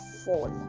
fall